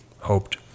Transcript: hoped